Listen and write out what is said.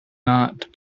not